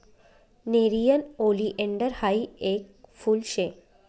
nerium oleander हायी येक फुल शे